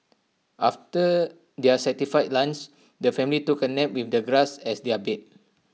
after their satisfying lunch the family took A nap with the grass as their bed